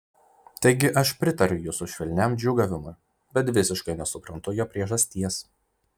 taigi aš pritariu jūsų švelniam džiūgavimui bet visiškai nesuprantu jo priežasties